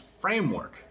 framework